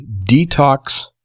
detox